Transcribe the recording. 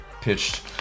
pitched